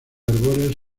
arbóreas